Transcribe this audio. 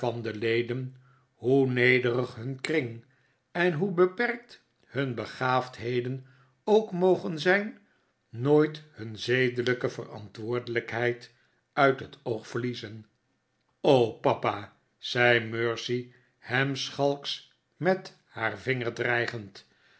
de leden hoe nederig hun kring en hoe beperkt hun begaafdheden ook mogen zijn nooit hun zedelijke verantwoordelijkheid uit het oog verliezen papa zei mercy hem schalks met haar vinger dreigend